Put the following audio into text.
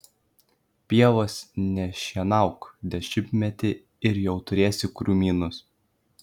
pievos nešienauk dešimtmetį ir jau turėsi krūmynus